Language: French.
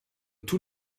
tous